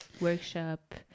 Workshop